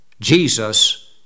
Jesus